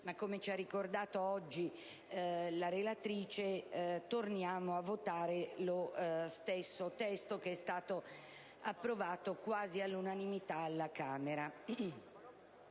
Come ci ha ricordato anche la relatrice, siamo oggi a votare lo stesso testo che è stato approvato quasi all'unanimità dalla Camera